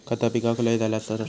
खता पिकाक लय झाला तर?